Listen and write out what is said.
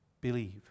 believe